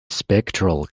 spectral